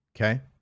Okay